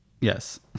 yes